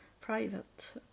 private